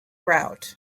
route